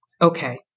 Okay